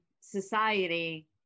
society